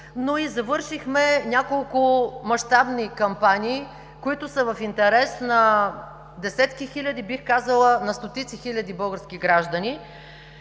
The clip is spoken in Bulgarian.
но и завършихме няколко мащабни кампании, които са в интерес на десетки хиляди, бих казала, на стотици хиляди български граждани.